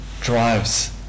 drives